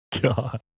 God